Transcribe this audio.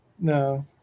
No